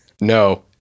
no